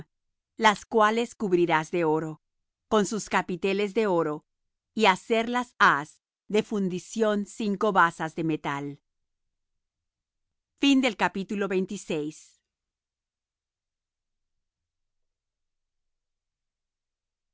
las cuales cubrirás de oro con sus capiteles de oro y hacerlas has de fundición cinco basas de metal haras